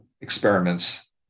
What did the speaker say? experiments